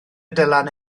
dylan